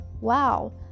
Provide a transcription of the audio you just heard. wow